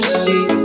see